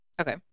Okay